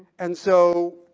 and so,